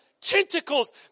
Tentacles